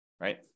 right